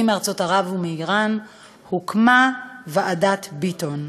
מארצות ערב ומאיראן הוקמה ועדת ביטון.